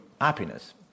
happiness